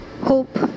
Hope